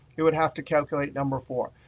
it would have to calculate number four.